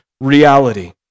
reality